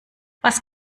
was